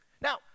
Now